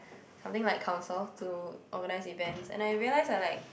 something like council to organize events and I realized I like